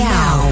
Now